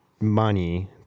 money